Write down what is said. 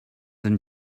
and